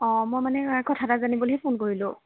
অঁ মই মানে কথা এটা জানিবলৈহে ফোন কৰিলোঁ